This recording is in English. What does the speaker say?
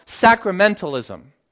sacramentalism